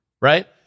right